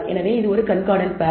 எனவே இது ஒரு கண்கார்டன்ட் பேர்